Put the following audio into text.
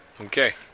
Okay